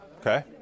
Okay